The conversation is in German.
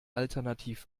alternativ